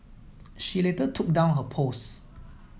she later took down her post